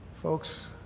Folks